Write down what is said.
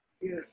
Yes